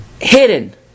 Hidden